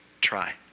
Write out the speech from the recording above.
Try